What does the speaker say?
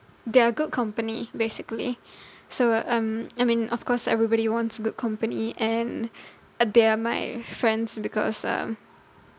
they are good company basically so um I mean of course everybody wants good company and uh they are my friends because uh